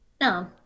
No